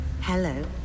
hello